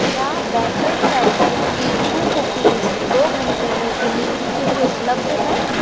क्या batter chatter cashew cookies दो घंटे में डिलीवरी के लिए उपलब्ध है